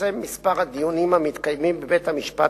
שיצמצם את מספר הדיונים המתקיימים בבית-המשפט